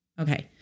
okay